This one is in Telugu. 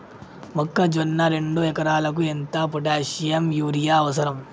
మొక్కజొన్న రెండు ఎకరాలకు ఎంత పొటాషియం యూరియా అవసరం?